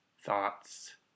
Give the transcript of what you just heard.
thoughts